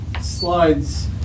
slides